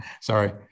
Sorry